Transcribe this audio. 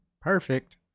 Perfect